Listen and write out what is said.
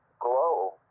Glow